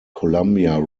columbia